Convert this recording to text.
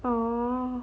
orh